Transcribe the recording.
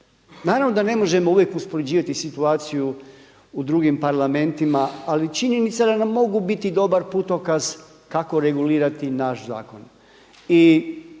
Naravno da ne možemo uvijek uspoređivati situaciju u drugim parlamentima ali činjenica da nam mogu biti dobar putokaz kako regulirati naš zakon. I